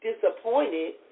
disappointed